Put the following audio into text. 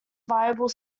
viable